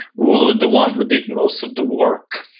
will it the one who did most of the work?